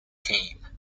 came